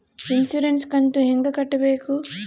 Insurance ಕಂತು ಹೆಂಗ ಕಟ್ಟಬೇಕು?